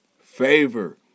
Favor